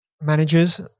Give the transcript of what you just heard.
Managers